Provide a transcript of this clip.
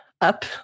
up